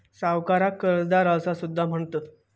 सावकाराक कर्जदार असा सुद्धा म्हणतत